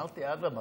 אמרתי: אדרבה,